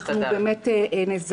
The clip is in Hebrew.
אנחנו באמת נעזרנו'.